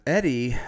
Eddie